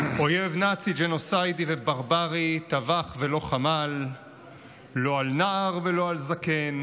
אויב נאצי ג'נוסיידי וברברי טבח ולא חמל לא על נער ולא על זקן,